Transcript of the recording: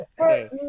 Okay